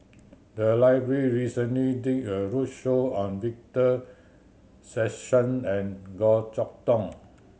the library recently did a roadshow on Victor Sassoon and Goh Chok Tong